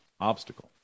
obstacle